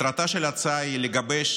מטרתה של ההצעה היא לגבש